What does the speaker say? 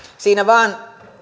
siinä vain